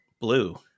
Blue